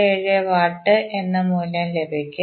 97 watt എന്ന് മൂല്യം ലഭിക്കും